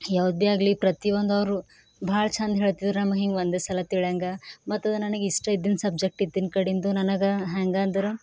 ಯಾವುದೇ ಆಗಲಿ ಪ್ರತಿಯೊಂದು ಅವರು ಭಾಳ ಚೆಂದ ಹೇಳ್ತಿದ್ದರು ನಮಗೆ ಹಿಂಗೆ ಒಂದೇ ಸಲ ತಿಳಿಯೋಂಗೆ ಮತ್ತದು ನನಗೆ ಇಷ್ಟ ಇದ್ದಿದ್ ಸಬ್ಜೆಕ್ಟ್ ಇದ್ದಿದ್ ಕಡೆಂದು ನನಗ ಹ್ಯಾಂಗದ್ರೆ